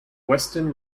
western